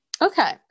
okay